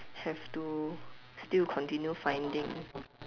have to still continue finding